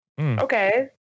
okay